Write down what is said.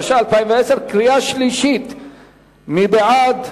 התש"ע 2010. מי בעד?